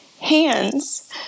hands